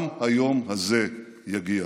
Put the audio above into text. גם היום הזה יגיע.